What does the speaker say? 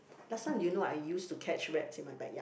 last time do you know I used to catch rats in my backyard